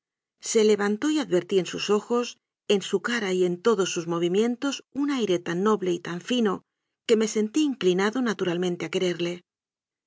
se levantó y advertí en sus ojos en su cara y en todos sus movimientos un aire tan noble y tan fino que me sentí inclinado natural mente a quererle